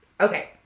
Okay